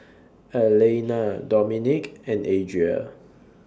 Alaina Dominik and Adria